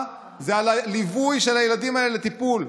זה על הליווי של הילדים האלה לטיפול.